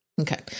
Okay